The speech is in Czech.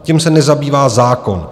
Tím se nezabývá zákon.